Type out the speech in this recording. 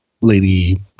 lady